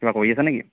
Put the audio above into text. কিবা কৰি আছে নেকি